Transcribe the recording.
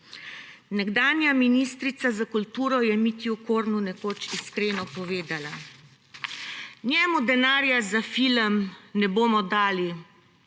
Nekdanja ministrica za kulturo je Mitji Okornu nekoč iskreno povedala: »Njemu denarja za film ne bomo dali,